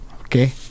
Okay